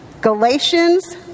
Galatians